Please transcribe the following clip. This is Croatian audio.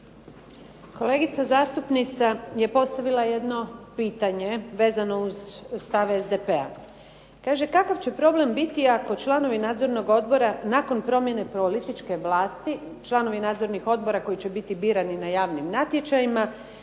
Kolegica zastupnica je postavila jedno pitanje vezano uz stav SDP-a. Kaže, kakav će problem biti ako članovi nadzornog odbora nakon promjene političke vlasti članovi nadzornih odbora koji će biti birani na javnim natječajima